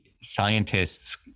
scientists